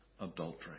adultery